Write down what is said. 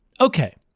okay